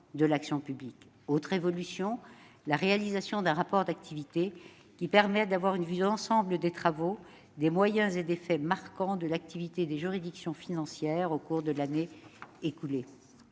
évolution peut être relevée, la réalisation d'un rapport d'activité, qui permet d'avoir une vue d'ensemble des travaux, des moyens et des faits marquants de l'activité des juridictions financières au cours de l'année écoulée.